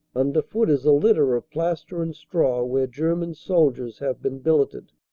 under foot is a litter of plaster and straw where ger man soldiers have been billeted.